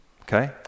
okay